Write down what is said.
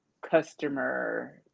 customer